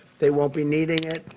they won't be needing it.